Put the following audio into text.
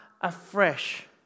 afresh